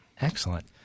Excellent